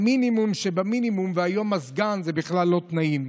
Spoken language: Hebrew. והיום מזגן זה בכלל לא תנאים.